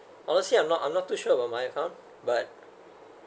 honestly I'm not I'm not too sure about my account but